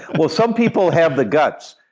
well, some people have the guts.